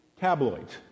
tabloids